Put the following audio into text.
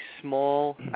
small –